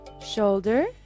Shoulder